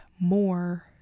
more